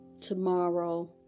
tomorrow